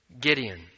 Gideon